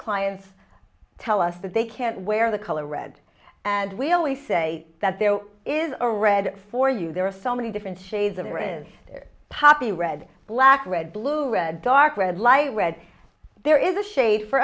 clients tell us that they can't wear the color red and we only say that there is a red for you there are so many different shades of orange there poppy red black red blue red dark red light red there is a shade for